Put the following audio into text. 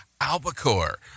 Albacore